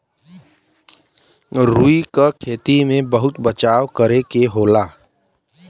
रुई क खेती में बहुत बचाव करे के होला